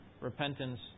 repentance